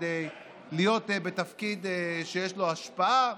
כדי להיות בתפקיד שיש לו השפעה.